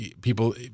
people